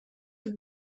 have